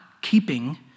keeping